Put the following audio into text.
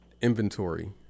inventory